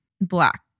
Black